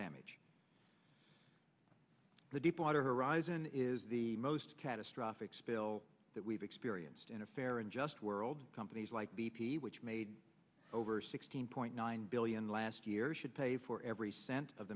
damage the deepwater horizon is the most catastrophic spill that we've experienced in a fair and just world companies like b p which made over sixteen point nine billion last year should pay for every cent of